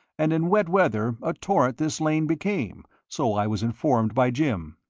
and in wet weather a torrent this lane became, so i was informed by jim.